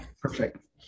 perfect